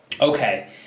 Okay